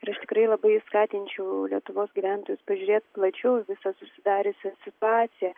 ir aš tikrai labai skatinčiau lietuvos gyventojus pažiūrėt plačiau į visą susidariusią situaciją